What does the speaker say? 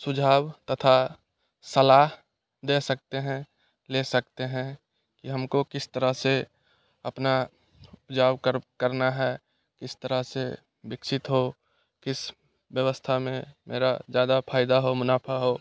सुझाव तथा सलाह दे सकते हैं ले सकते हैं कि हमको किस तरह से अपना उपजाऊ करना है इस तरह से विकसित हो किस व्यवस्था में मेरा ज़्यादा फायदा हो मुनाफा हो